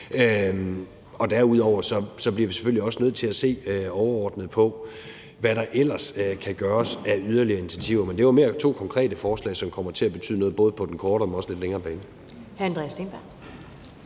Derudover bliver vi selvfølgelig også nødt til at se overordnet på, hvad der ellers kan tages af yderligere initiativer. Men det var mere to konkrete forslag, som kommer til at betyde noget både på den korte og også på den lidt længere bane.